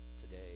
today